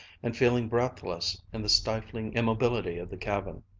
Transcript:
and feeling breathless in the stifling immobility of the cabin.